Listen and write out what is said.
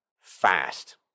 fast